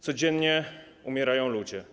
Codziennie umierają ludzie.